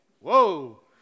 whoa